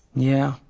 yeah.